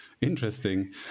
Interesting